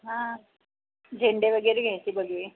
हां झेंडे वगैरे घ्यायचे भगवे